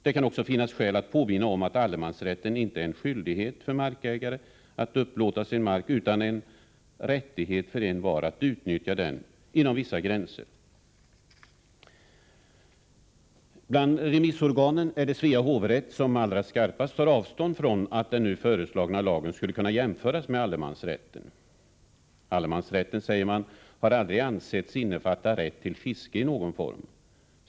Det kan också finnas skäl att påminna om att allemansrätten inte är en skyldighet för markägare att upplåta sin mark utan en rättighet för envar att utnyttja den inom vissa gränser. Bland remissorganen är det Svea hovrätt som allra skarpast tar avstånd från att den nu föreslagna lagen skulle kunna jämföras med allemansrätten. Allemansrätten har aldrig ansetts innefatta rätt till fiske i någon form, säger man.